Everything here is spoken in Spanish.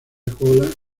cola